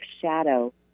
shadow